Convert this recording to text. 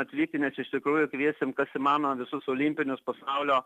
atvykti nes iš tikrųjų kviesim kas įmanoma visus olimpinius pasaulio